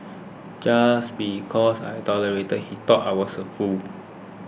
just because I tolerated he thought I was a fool